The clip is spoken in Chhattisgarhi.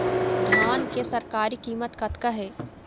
धान के सरकारी कीमत कतका हे?